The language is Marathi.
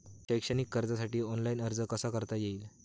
शैक्षणिक कर्जासाठी ऑनलाईन अर्ज कसा करता येईल?